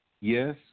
Yes